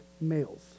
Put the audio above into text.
males